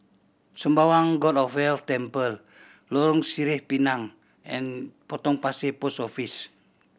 Sembawang God of Wealth Temple Lorong Sireh Pinang and Potong Pasir Post Office